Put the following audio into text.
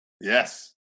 Yes